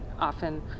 often